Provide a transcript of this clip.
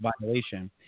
violation